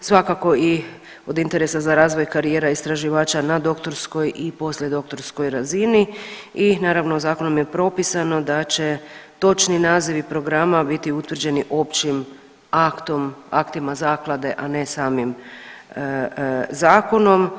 svakako i od interesa za razvoj karijera istraživača na doktorskoj i poslije doktorskoj razini i naravno zakonom je propisano da će točni nazivi programa biti utvrđeni općim aktom, aktima zaklade, a ne samim zakonom.